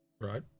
right